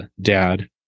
dad